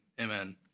amen